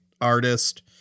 artist